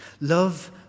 Love